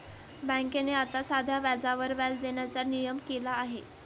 बँकेने आता साध्या व्याजावर व्याज देण्याचा नियम केला आहे